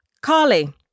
Carly